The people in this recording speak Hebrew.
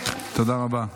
תודה רבה.